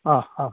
आम् आम्